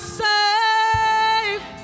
safe